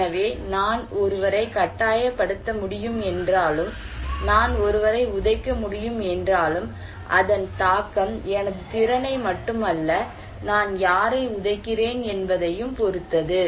எனவே நான் ஒருவரை கட்டாயப்படுத்த முடியும் என்றாலும் நான் ஒருவரை உதைக்க முடியும் என்றாலும் அதன் தாக்கம் எனது திறனை மட்டுமல்ல நான் யாரை உதைக்கிறேன் என்பதையும் பொறுத்தது